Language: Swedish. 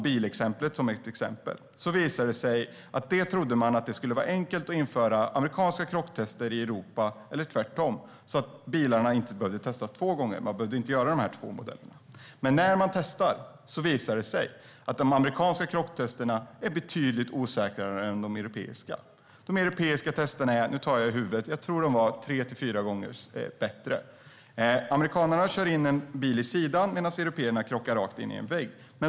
Bilexemplet visar att man trodde att det skulle vara enkelt att införa amerikanska krocktester i Europa eller tvärtom så att bilarna inte behöver testas två gånger. Men det har visat sig att de amerikanska krocktesten är betydligt osäkrare än de europeiska. De europeiska testerna är - jag tar det från huvudet - tre till fyra gånger bättre. Amerikanerna kör in en bil i sidan medan européerna krockar rakt in i en vägg.